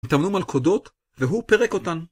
הם טמנו מלכודות, והוא פירק אותן.